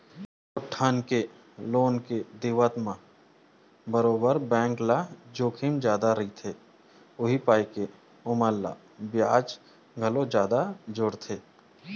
कतको ढंग के लोन के देवत म बरोबर बेंक ल जोखिम जादा रहिथे, उहीं पाय के ओमन ह बियाज घलोक जादा जोड़थे